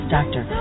Doctor